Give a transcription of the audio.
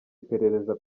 iperereza